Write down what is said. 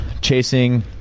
chasing